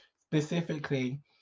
specifically